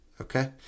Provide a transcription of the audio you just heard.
Okay